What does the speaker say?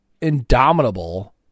Indomitable